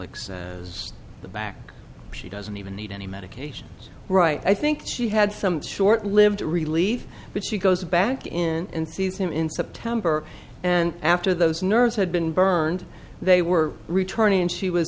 likes the back she doesn't even need any medications right i think she had some short lived relief but she goes back in and sees him in september and after those nerves had been burned they were returning and she was